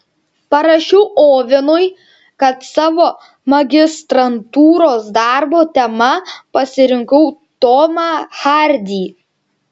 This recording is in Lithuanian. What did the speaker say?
parašiau ovenui kad savo magistrantūros darbo tema pasirinkau tomą hardį